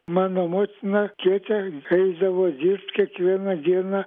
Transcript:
mano motina gete eidavo dirbt kiekvieną dieną